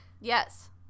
Yes